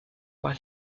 par